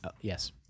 Yes